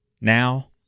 Now